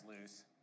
loose